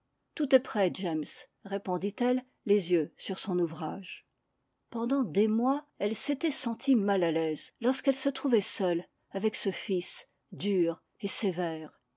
tout est prêt james répondit-elle les yeux sur son ouvrage pendant des mois elle s'était sentie mal à laise lorsqu elle se trouvait seule avec ce fils dur et sévère